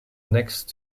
next